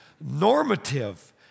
normative